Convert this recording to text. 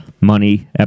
money